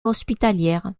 hospitalières